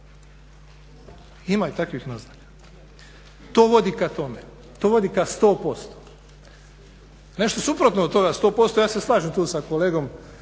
Ima i takvih naznaka. To vodi k tome, to vodi k 100%. Nešto suprotno od toga 100%, ja se slažem tu sa kolegom